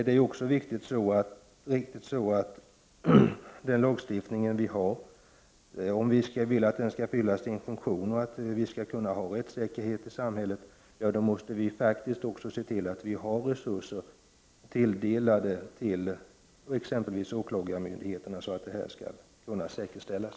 Det är också viktigt att konstatera att vi, om vi vill att den lagstiftning vi har skall fylla sin funktion och att vi skall kunna har rättssäkerhet i samhället, faktiskt också måste se till att resurser tilldelas exempelvis åklagarmyndigheterna så att detta kan säkerställas.